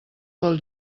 pel